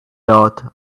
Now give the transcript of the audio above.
doth